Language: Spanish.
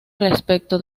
respecto